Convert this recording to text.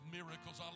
miracles